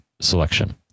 selection